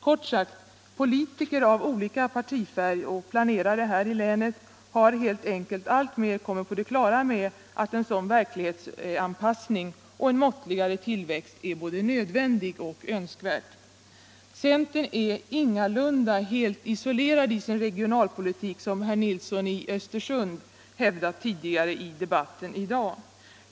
Kort sagt: Politiker av olika partifärg och planerare här i länet har helt enkelt alltmer blivit på det klara med att en sådan verklighetsanpassning, som innebär en måttligare tillväxt, är både nödvändig och önskvärd. Centern är ingalunda helt isolerad i sin regionalpolitik, som herr Nilsson i Östersund hävdat tidigare i debatten i dag.